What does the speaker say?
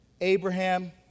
Abraham